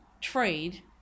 trade